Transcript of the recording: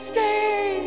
Stay